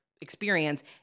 experience